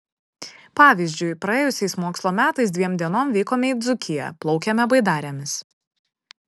pavyzdžiui praėjusiais mokslo metais dviem dienom vykome į dzūkiją plaukėme baidarėmis